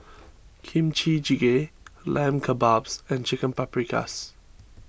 Kimchi Jjigae Lamb Kebabs and Chicken Paprikas